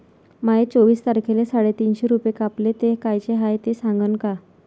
माये चोवीस तारखेले साडेतीनशे रूपे कापले, ते कायचे हाय ते सांगान का?